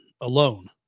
alone